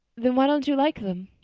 then why don't you like them?